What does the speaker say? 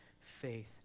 faith